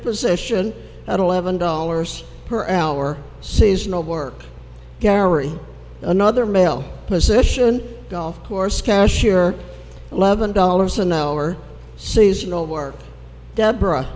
position at eleven dollars per hour seasonal work gallery another male position golf course cashier eleven dollars an hour seasonal work deborah